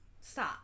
Stop